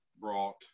brought